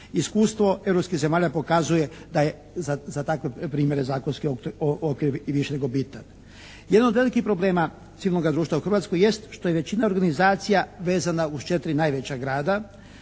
Iskustvo europskih zemalja pokazuje da je za takve primjere zakonski okvir i više nego bitan. Jedan od velikih problema civilnoga društva u Hrvatskoj jest što je većina organizacija vezana uz četiri najveća grada,